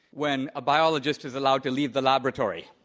when a biologist is allowed to leave the laboratory.